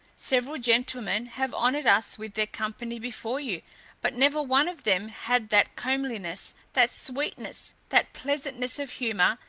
several gentlemen have honoured us with their company before you but never one of them had that comeliness, that sweetness, that pleasantness of humour,